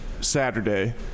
saturday